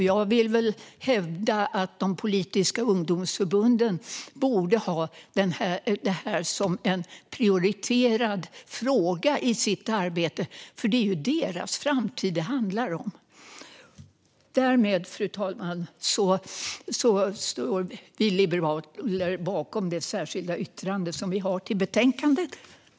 Jag vill hävda att de politiska ungdomsförbunden borde ha detta som en prioriterad fråga i sitt arbete, för det är ju ungdomarnas framtid det handlar om. Fru talman! Vi liberaler står bakom vårt särskilda yttrande i betänkandet.